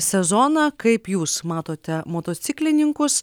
sezoną kaip jūs matote motociklininkus